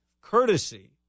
courtesy